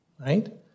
right